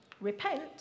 Repent